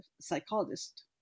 psychologist